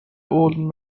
old